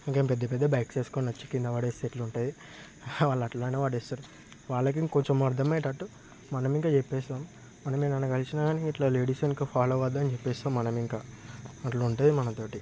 ఇంకా పెద్ద పెద్ద బైక్స్ వేసుకోనొచ్చి కింద పడేస్తే ఎట్లుంటది వాళ్ళు అట్లనే పడేస్తారు వాళ్ళకి ఇంకొంచెం అర్థమయ్యేటట్టు మనం ఇంకా చెప్పిస్తున్నాం మనం ఏడైనా కలిసిన గాని ఇట్లా లేడీస్ వెనుక ఫాలో అవ్వదు అని చెప్పేస్తాం మనం ఇంకా అట్లుంటది మన తోటి